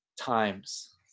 times